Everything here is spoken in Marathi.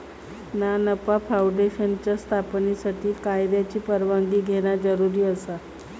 ना नफा फाऊंडेशनच्या स्थापनेसाठी कायद्याची परवानगी घेणा जरुरी आसा